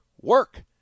work